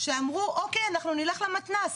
שאמרו אוקיי, אנחנו נלך למתנ"ס.